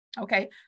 Okay